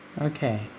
okay